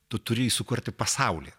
tu turi sukurti pasaulį